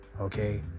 okay